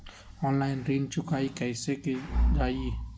Online ऋण चुकाई कईसे की ञाई?